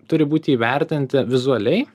turi būti įvertinti vizualiai